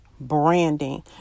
branding